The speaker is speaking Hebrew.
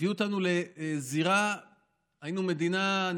שהחיסונים הביאו אותנו לזירה שהיינו המדינה שהייתה,